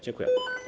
Dziękuję.